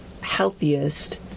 healthiest